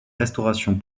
restauration